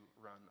run